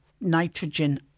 nitrogen